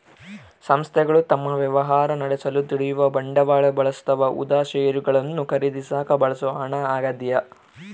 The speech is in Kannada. ಸಂಸ್ಥೆಗಳು ತಮ್ಮ ವ್ಯವಹಾರ ನಡೆಸಲು ದುಡಿಯುವ ಬಂಡವಾಳ ಬಳಸ್ತವ ಉದಾ ಷೇರುಗಳನ್ನು ಖರೀದಿಸಾಕ ಬಳಸೋ ಹಣ ಆಗ್ಯದ